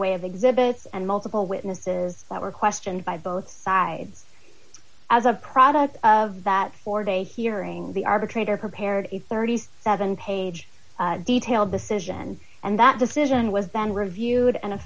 way of exhibits and multiple witnesses that were questioned by both sides as a product of that four day hearing the arbitrator prepared a thirty seven dollars page detail decision and that decision was then reviewed and a